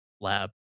lab